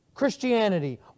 Christianity